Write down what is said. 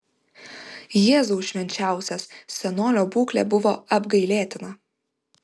jėzau švenčiausias senolio būklė buvo apgailėtina